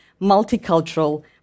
multicultural